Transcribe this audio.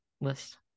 list